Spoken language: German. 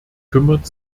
kümmert